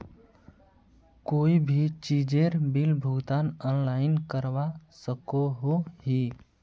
कोई भी चीजेर बिल भुगतान ऑनलाइन करवा सकोहो ही?